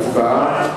התש"ע 2010,